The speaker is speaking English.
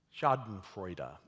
Schadenfreude